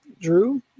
Drew